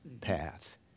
path